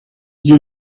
you